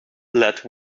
let